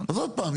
אז עוד פעם,